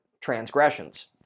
transgressions